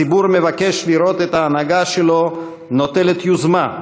הציבור מבקש לראות את ההנהגה שלו נוטלת יוזמה,